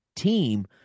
team